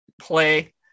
play